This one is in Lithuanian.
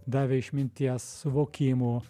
davė išminties suvokimų